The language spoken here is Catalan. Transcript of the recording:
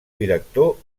director